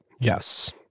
Yes